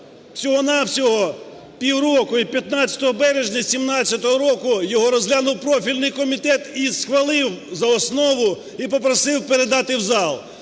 всього-на-всього півроку і 15 березня 2017 року його розглянув профільний комітет і схвалив за основу і попросив передати в зал.